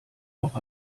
auch